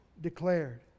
declared